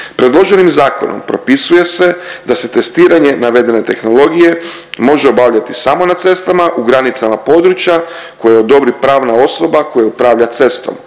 Predloženim zakonom propisuje se da se testiranje navedene tehnologije može obavljati samo na cestama u granicama područja koje odobri pravna osoba koja upravlja cestom,